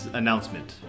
announcement